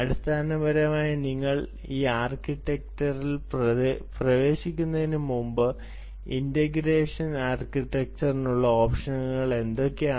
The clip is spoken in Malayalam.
അടിസ്ഥാനപരമായി നിങ്ങൾ ഈ ആർക്കിറ്റെക്റ്റർ ൽ പ്രവേശിക്കുന്നതിന് മുമ്പ് ഇന്റഗ്രേഷൻ ആർക്കിടെക്ചറിനുള്ള ഓപ്ഷനുകൾ എന്തൊക്കെയാണ്